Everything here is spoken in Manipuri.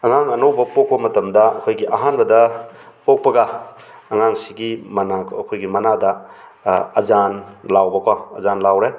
ꯑꯉꯥꯡ ꯑꯅꯧꯕ ꯄꯣꯛꯄ ꯃꯇꯝꯗ ꯑꯩꯈꯣꯏꯒꯤ ꯑꯍꯥꯟꯕꯗ ꯄꯣꯛꯄꯒ ꯑꯉꯥꯡꯁꯤꯒꯤ ꯃꯅꯥꯀꯣꯡ ꯑꯩꯈꯣꯏꯒꯤ ꯃꯅꯥꯗ ꯑꯖꯥꯟ ꯂꯥꯎꯕꯀꯣ ꯑꯖꯥꯟ ꯂꯥꯎꯔꯦ